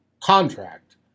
contract